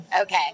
Okay